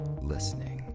listening